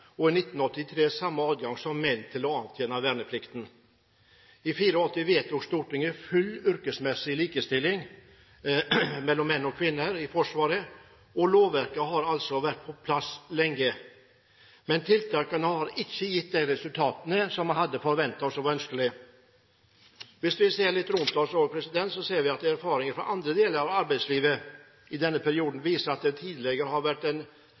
og i 1983 samme adgang som menn til å avtjene verneplikten. I 1984 vedtok Stortinget full yrkesmessig likestilling mellom menn og kvinner i Forsvaret. Lovverket har altså vært på plass lenge. Men tiltakene har ikke gitt de resultatene vi hadde forventet, og som var ønskelig. Hvis vi ser litt rundt oss, ser vi at erfaringer fra andre deler av arbeidslivet i denne perioden viser at i de yrker som tidligere har vært